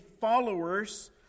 followers